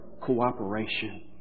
cooperation